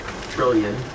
trillion